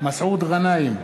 מסעוד גנאים,